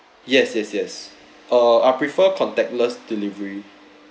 yes yes yes uh I prefer contactless delivery